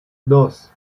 dos